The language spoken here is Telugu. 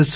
ఎస్